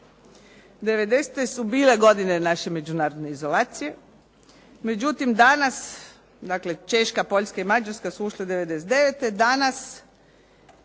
'90.-te su bile godine naše međunarodne izolacije. Međutim, danas, dakle, Češka, Poljska i Mađarska su ušle '99. Danas